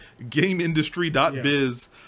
GameIndustry.biz